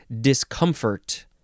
Discomfort